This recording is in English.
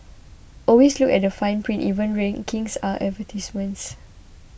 always look at the fine print even rankings are advertisements